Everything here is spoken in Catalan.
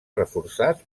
reforçats